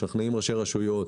משכנעים ראשי רשויות.